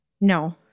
no